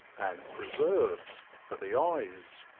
and preserves for the eyes.